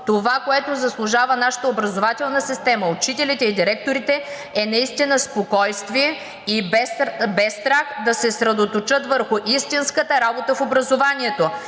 това, което заслужава нашата образователна система, учителите и директорите, е наистина спокойствие и без страх да се съсредоточат върху истинската работа в образованието